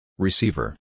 Receiver